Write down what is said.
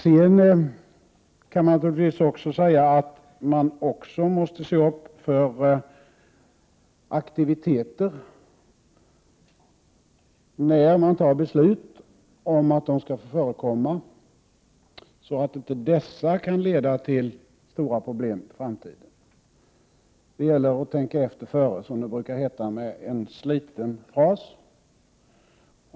Sedan kan jag säga att man naturligtvis också måste se upp när man fattar beslut om att aktiviteter skall få förekomma, så att inte dessa leder till stora problem i framtiden. Det gäller att tänka efter före, som det brukar heta med en sliten fras.